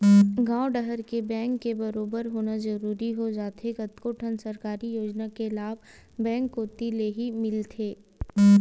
गॉंव डहर के बेंक के बरोबर होना जरूरी हो जाथे कतको ठन सरकारी योजना के लाभ बेंक कोती लेही मिलथे